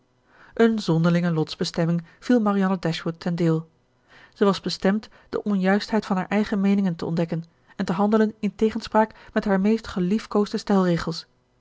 eene zonderlinge lotsbestemming viel marianne dashwood ten deel zij was bestemd de onjuistheid van haar eigen meeningen te ontdekken en te handelen in tegenspraak met haar meest geliefkoosde stelregels